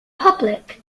public